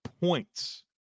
points